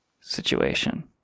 situation